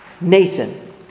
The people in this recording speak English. Nathan